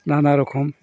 नाना रखम